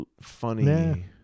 funny